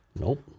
Nope